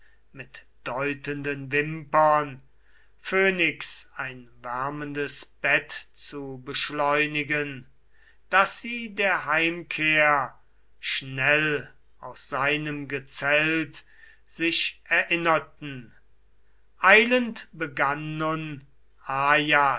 mit deutenden wimpern phönix ein wärmendes bett zu beschleunigen daß sie der heimkehr schnell aus seinem gezelt sich erinnerten eilend begann nun ajas